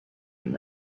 and